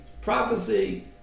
prophecy